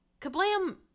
Kablam